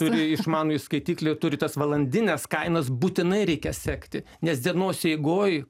turi išmanųjį skaitiklį turi tas valandines kainas būtinai reikia sekti nes dienos eigoj